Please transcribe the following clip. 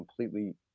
completely